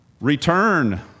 return